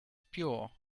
pure